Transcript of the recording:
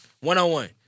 One-on-one